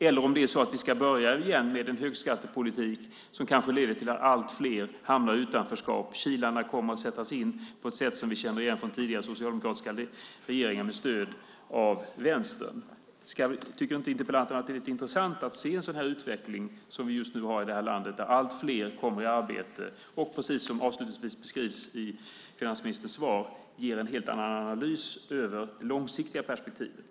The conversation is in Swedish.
Eller ska vi börja igen med en högskattepolitik som kanske leder till att allt fler hamnar i utanförskap och att kilarna kommer att sättas in på ett sätt som vi känner igen från tidigare socialdemokratiska regeringar med stöd av Vänstern? Tycker inte interpellanten att det är lite intressant att se en utveckling som den vi just nu har i det här landet, där allt fler kommer i arbete och - som avslutningsvis beskrivs i finansministerns svar - ger en helt annan analys över det långsiktiga perspektivet.